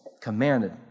commanded